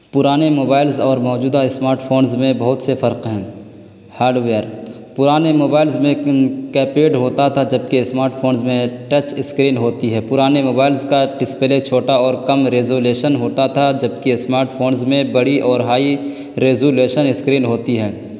پرانے موبائلز اور موجودہ اسمارٹ فونز میں بہت سے فرق ہیں ہاڈ ویئر پرانے موبائلز میں کیپیڈ ہوتا تھا جبکہ اسمارٹ فونز میں ٹچ اسکرین ہوتی ہے پرانے موبائلز کا ڈسپلے چھوٹا اور کم ریزولیشن ہوتا تھا جبکہ اسمارٹ فونز میں بڑی اور ہائی ریزولیشن اسکرین ہوتی ہے